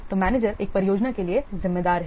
तो मैनेजर एक परियोजना के लिए जिम्मेदार है